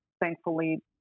thankfully